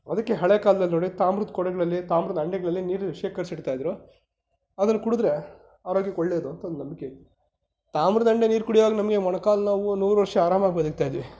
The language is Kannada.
ಅದಕ್ಕೆ ಹಳೆಯ ಕಾಲ್ದಲ್ಲಿ ನೋಡಿ ತಾಮ್ರದ ಕೊಡಗಳಲ್ಲಿ ತಾಮ್ರದ ಹಂಡೆಗಳಲ್ಲಿ ನೀರನ್ನು ಶೇಖರಿಸಿಡ್ತಾ ಇದ್ದರು ಅದನ್ನು ಕುಡಿದರೆ ಆರೋಗ್ಯಕ್ಕೆ ಒಳ್ಳೆಯದು ಅಂತ ಒಂದು ನಂಬಿಕೆ ಇತ್ತು ತಾಮ್ರದ ಹಂಡೆ ನೀರು ಕುಡಿವಾಗ ನಮಗೆ ಮೊಣಕಾಲು ನೋವು ನೂರು ವರ್ಷ ಆರಾಮಾಗಿ ಬದುಕ್ತಾ ಇದ್ವಿ